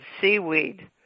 seaweed